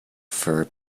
fur